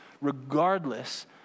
regardless